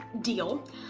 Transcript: deal